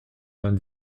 vingt